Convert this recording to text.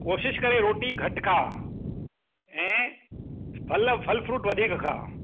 कोशिशि करे रोटी घटि खाउ ऐं फल फल फ़्रूट वधीक खाउ